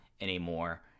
anymore